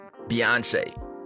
Beyonce